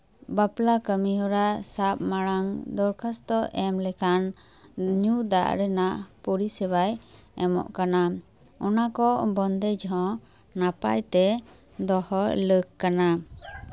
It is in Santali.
ᱵᱟᱯᱞᱟ ᱠᱟᱹᱢᱤ ᱦᱚᱨᱟ ᱥᱟᱵ ᱢᱟᱲᱟᱝ ᱫᱚᱨᱠᱷᱟᱥᱛᱚ ᱮᱢ ᱞᱮᱠᱷᱟᱱ ᱧᱩ ᱫᱟᱜ ᱨᱮᱱᱟᱜ ᱯᱚᱨᱤᱥᱮᱵᱟᱭ ᱮᱢᱚᱜ ᱠᱟᱱᱟ ᱚᱱᱟ ᱠᱚ ᱵᱚᱱᱫᱮᱡ ᱦᱚᱸ ᱱᱟᱯᱟᱭᱛᱮ ᱫᱚᱦᱚ ᱞᱟᱹᱠ ᱠᱟᱱᱟ